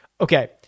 okay